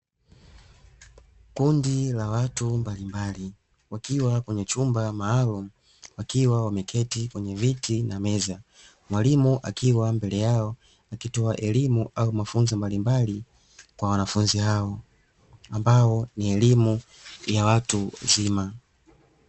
Kundi la watu mbalimbali wakiwa katika chumba maalumu wakiwa wameketi, kwenye viti na meza mwalimu akiwa mbele yao, akitoa elimu au mafunzo mbalimbali kwa wanafunzi hao, ambayo ni elimu ya watu wazima.